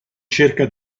cerca